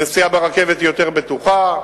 נסיעה ברכבת היא יותר בטוחה.